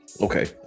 okay